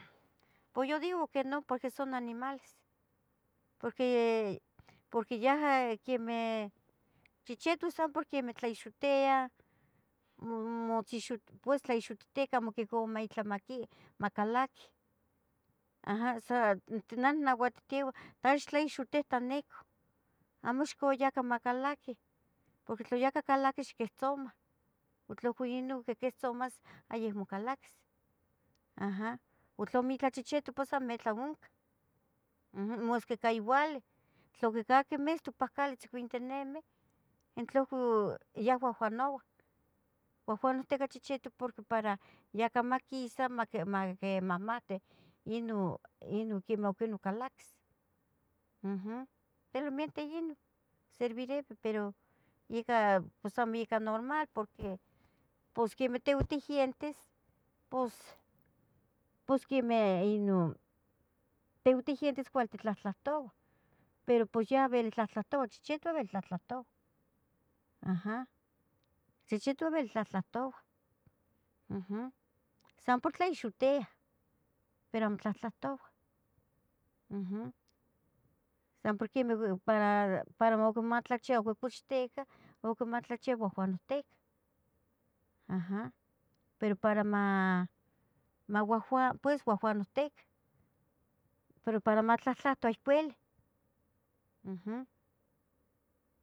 Po yo digo que no porque son animales. Porque yaja quemeh chehcehutoc san por quemeh para tlaixotia pos tlaixiteya amo quicaua itlah macalaqui. Aja Naj inuatitia ax tlaixohtihto nicon, amo ixcaua yacah macalaquih porque tla yacah calaqui ixquihtzomah, tla ohcon inon quihtzomas ayahmo calaquis, aja porque tlamo itlah chehcheutoc pos amitlah oncan, masqui ica youalih tla quicaqui misto pan cali tzicuintinimi tlahcon ya uahuanoua. Ohcon ihteca chihchiutoc porque para yacamaquisa quemahmati inon quimahs calaquis aja, solamente inon sirveriui, pero amo ica normal pos quemih tehuan tiguientes pos quemeh inon tiguentes cuali titlahtlahtouah pero pos yavel vili tlahtlahtoua chichiton yauel tlahtlatoua, chichitoh alvil tlatlahtoua ajam, san por tlaixotia, pero amo tlahtlahtouah ajam san para matlachia uno cochtecah para matlachiya uahuanohticah aja, pero para mauahuanos uahuanohticah, pero matlahtlahto ahuilih ajam.